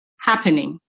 happening